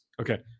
Okay